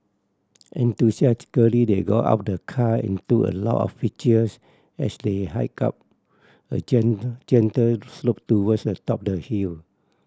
enthusiastically they got out of the car and took a lot of pictures as they hiked up a gentle slope towards the top the hill